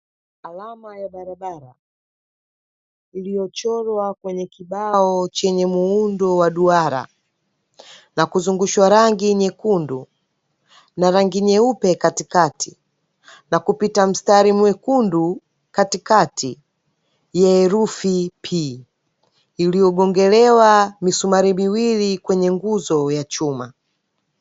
Alama ya barabara, iliyochorwa kwenye kibao chenye muundo wa duara, na kuzungushwa rangi nyekundu na rangi nyeupe katikati, na kupita mstari mwekundu katikati ya herufi P, iliyogongelewa misumari miwili kwenye nguzo ya chuma.